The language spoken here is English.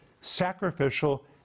sacrificial